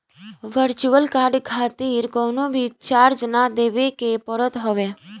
virtual card खातिर कवनो भी चार्ज ना देवे के पड़त हवे